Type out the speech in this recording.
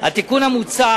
התיקון המוצע